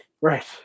Right